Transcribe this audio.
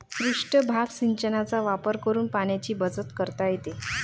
पृष्ठभाग सिंचनाचा वापर करून पाण्याची बचत करता येते